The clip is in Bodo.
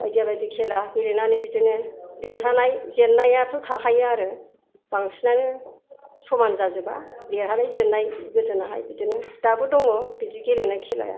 बायदि बायदि खेला गेलेनानै बिदिनो देरहानाय जेन्नायाथ' थाखायो आरो बांसिनानो समान जाजोबा देरहानाय जेन्नाय गोदोनाहाय बिदिनो दाबो दङ बिदि गेलेनाय खेलाया